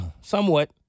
somewhat